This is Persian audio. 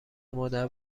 مادر